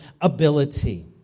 ability